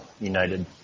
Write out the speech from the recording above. United